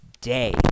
day